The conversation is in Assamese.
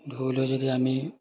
ধুই লৈ যদি আমি